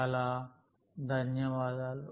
చాలా ధన్యవాదాలు